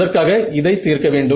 அதற்காக இதை தீர்க்க வேண்டும்